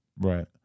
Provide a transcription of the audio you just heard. Right